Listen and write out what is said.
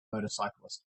motorcyclist